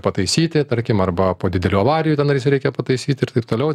pataisyti tarkim arba po didelių avarijų ten reikia pataisyti ir taip toliau